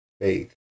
faith